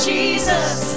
Jesus